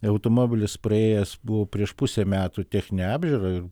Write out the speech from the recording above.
automobilis praėjęs buvo prieš pusę metų techninę apžiūrą ir